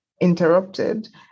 interrupted